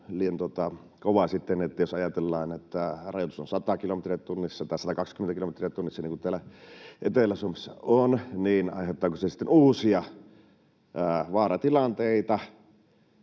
liian kova. Jos ajatellaan, että rajoitus on 100 kilometriä tunnissa tai 120 kilometriä tunnissa, niin kuin täällä Etelä-Suomessa on, niin aiheuttaako se sitten uusia vaaratilanteita?